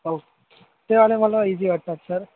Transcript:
हो ते वाले मला इझी वाटतात सर